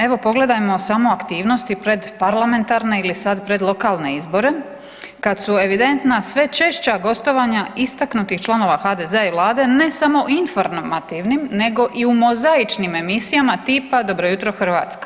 Evo pogledajmo samo aktivnosti pred parlamentarne ili sad pred lokalne izbore kad su evidentna sve češća gostovanja istaknutih članova HDZ-a i vlade, ne samo u informativnim nego i u Mozaičnim emisijama tipa „Dobro jutro Hrvatska“